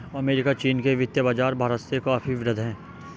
America चीन के वित्तीय बाज़ार भारत से काफी वृहद हैं